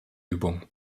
übung